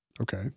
okay